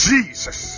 Jesus